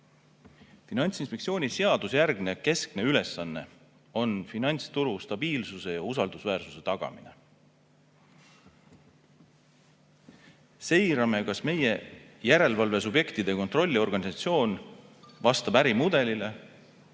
Finantsinspektsiooni seadusejärgne keskne ülesanne on finantsturu stabiilsuse ja usaldusväärsuse tagamine. Seirame, kas meie järelevalve subjektide kontrolliorganisatsioon vastab ärimudelile,